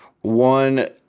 one